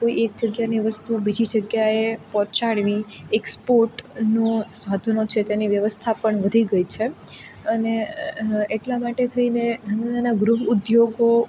કોઈ એક જગ્યાની વસ્તુ બીજે જગ્યાએ પહોંચાડવી એક સ્પોટનો સાધનો છે એની વ્યવસ્થા પણ વધી ગઈ છે અને એટલા માટે થઈને નાના નાના ગૃહ ઉદ્યોગો